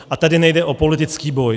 A tady nejde o politický boj.